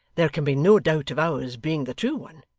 there can be no doubt of ours being the true one.